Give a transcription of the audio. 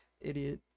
idiot